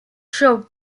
shows